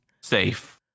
Safe